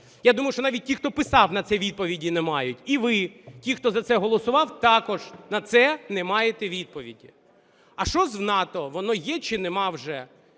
Я думаю, що навіть ті, хто писав, на це відповіді не мають, і ви – ті, хто за це голосував, також на це не маєте відповіді. А що з НАТО, воно є чи нема вже?